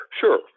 Sure